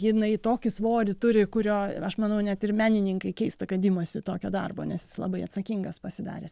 jinai tokį svorį turi kurio aš manau net ir menininkai keista kad imasi tokio darbo nes jis labai atsakingas pasidaręs